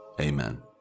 Amen